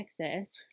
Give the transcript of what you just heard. Texas